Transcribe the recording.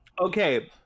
Okay